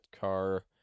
car